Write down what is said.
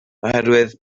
oherwydd